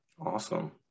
Awesome